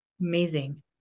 Amazing